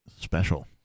Special